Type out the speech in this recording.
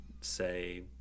say